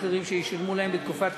25 בעד,